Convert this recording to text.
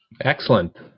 Excellent